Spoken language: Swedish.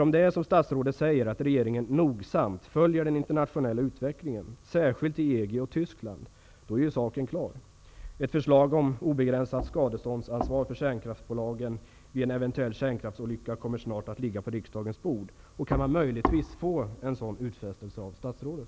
Om regeringen nogsamt följer den internationella utvecklingen, särskilt i EG och i Tyskland, är saken klar, dvs. ett förslag om obegränsat skadeståndsansvar för kärnkraftsbolagen vid en eventuell kärnkraftsolycka kommer snart att ligga på riksdagens bord. Går det möjligtvis att få en utfästelse av statsrådet?